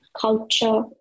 culture